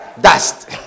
dust